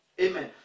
Amen